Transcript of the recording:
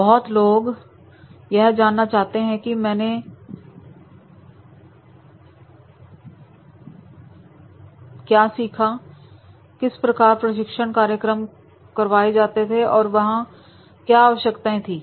बहुत लोग यह जानना चाहते थे कि मैंने जेल में क्या सीखा वहां किस प्रकार के प्रशिक्षण कार्यक्रम करवाए जाते थे और उनकी क्या आवश्यकताएं थी